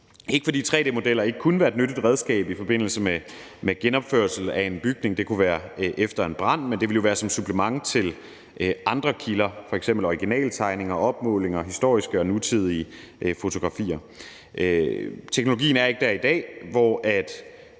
ikke, fordi tre-d-modeller ikke kunne være et nyttigt redskab i forbindelse med genopførelsen af en bygning – det kunne være efter en brand – men det ville jo være som supplement til andre kilder, f.eks. originaltegninger, opmålinger og historiske og nutidig fotografier. Teknologien er ikke der i dag, hvor vi